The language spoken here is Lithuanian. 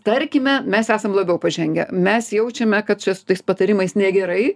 tarkime mes esam labiau pažengę mes jaučiame kad čia su tais patarimais negerai